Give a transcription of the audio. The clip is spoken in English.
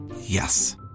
Yes